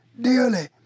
dearly